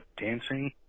dancing